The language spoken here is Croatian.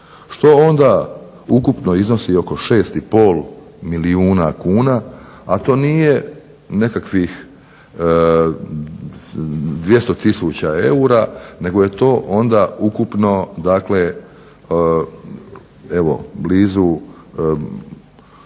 Što onda ukupno iznosi oko 6,5 milijuna kuna, a to nije nekakvih 200 tisuća eura nego je to onda ukupno dakle